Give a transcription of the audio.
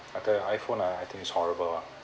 like a iphone ah I think it's horrible one